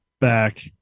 back